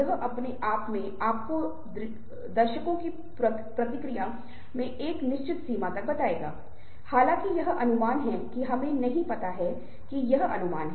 यह प्रासंगिक होगा क्योंकि पाठ्यक्रम के अंत में शायद हम इस सर्वेक्षण को फिर से लेंगे और हम सामान्य रूप से पाएंगे कि कक्षा में कितना सुधार हुआ है